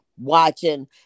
watching